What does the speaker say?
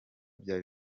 bya